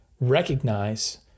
recognize